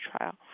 trial